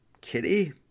Kitty